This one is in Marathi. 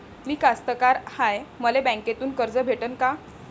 मी कास्तकार हाय, मले बँकेतून कर्ज भेटन का?